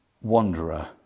wanderer